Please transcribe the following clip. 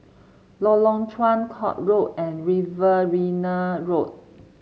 Lorong Chuan Court Road and Riverina Road